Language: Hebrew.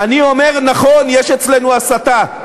אני אומר: נכון, יש אצלנו הסתה.